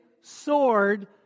sword